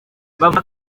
bavuga